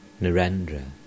Narendra